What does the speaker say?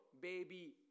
baby